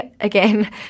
again